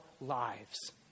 lives